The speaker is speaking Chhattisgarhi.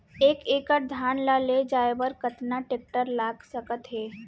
एक एकड़ धान ल ले जाये बर कतना टेकटर लाग सकत हे?